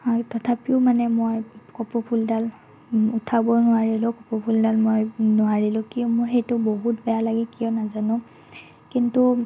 আৰু তথাপিও মানে মই কপৌফুলডাল উঠাব নোৱাৰিলোঁ কপৌফুলডাল মই নোৱাৰিলোঁ কিয় মোৰ সেইটো বহুত বেয়া লাগে কিয় নাজানোঁ কিন্তু